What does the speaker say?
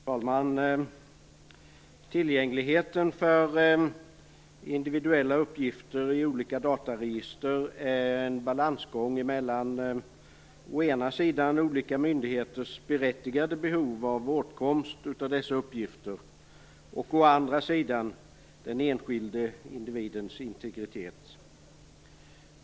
Fru talman! Tillgängligheten för individuella uppgifter i olika dataregister är en balansgång mellan å ena sidan olika myndigheters berättigade behov av åtkomst till dessa uppgifter och å andra sidan den enskilde individens integritet.